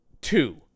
two